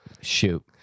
Shoot